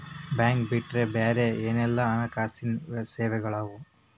Bank ಬಿಟ್ಟು ಬ್ಯಾರೆ ಏನೆಲ್ಲಾ ಹಣ್ಕಾಸಿನ್ ಸೆವೆಗಳವ?